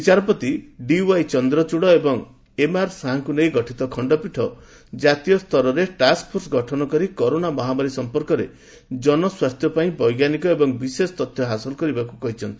ବିଚାରପତି ଡି ୱାଇଚନ୍ଦ୍ରଚୂଡ ଏବଂ ଏମଆର ସାହାଙ୍କୁ ନେଇ ଗଠିତ ଖଣ୍ଡପୀଠ ଜାତୀୟସ୍ତରରେ ଟାସ୍କ ଫୋର୍ସ ଗଠନ କରି କରୋନା ମହାମାରୀ ସମ୍ପର୍କରେ ଜନସ୍ୱାସ୍ଥ୍ୟ ପାଇଁ ବୈଜ୍ଞାନିକ ଏବଂ ବିଶେଷ ତଥ୍ୟ ହାସଲ କରିବାକୁ କହିଛନ୍ତି